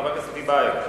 חבר הכנסת טיבייב.